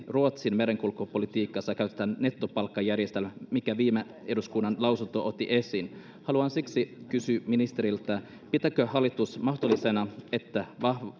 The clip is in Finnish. ruotsin merenkulkupolitiikassa käytetään nettopalkkajärjestelmää minkä viime eduskunnan lausunto otti esiin haluan siksi kysyä ministeriltä pitääkö hallitus mahdollisena että